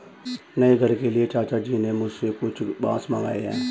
नए घर के लिए चाचा जी ने मुझसे कुछ बांस मंगाए हैं